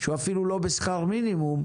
שהוא אפילו לא בשכר מינימום,